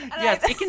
Yes